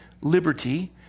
liberty